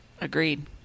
Agreed